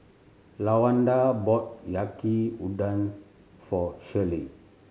Lawanda bought Yaki Udon for Shirlie